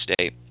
State